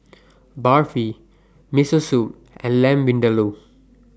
Barfi Miso Soup and Lamb Vindaloo